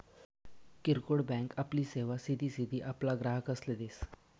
किरकोड बँक आपली सेवा सिधी सिधी आपला ग्राहकसले देस